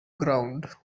ground